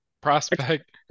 prospect